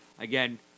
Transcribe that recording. Again